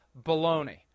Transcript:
baloney